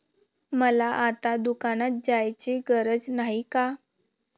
मला आता दुकानात जायची गरज नाही का?